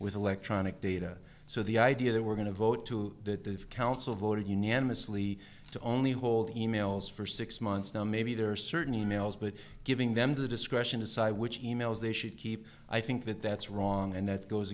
with electronic data so the idea that we're going to vote to the council voted unanimously to only hold e mails for six months now maybe there are certain e mails but giving them the discretion decide which emails they should keep i think that that's wrong and that goes